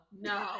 no